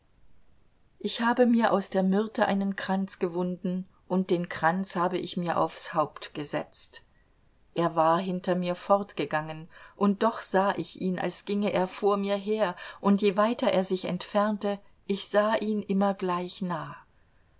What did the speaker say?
ich habe mir aus der myrte einen kranz gewunden und den kranz habe ich mir auf's haupt gesetzt er war hinter mir fortgegangen und doch sah ich ihn als ginge er vor mir her und je weiter er sich entfernte ich sah ihn immer gleich nah